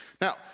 Now